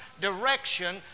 direction